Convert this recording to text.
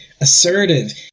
assertive